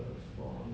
four